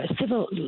civil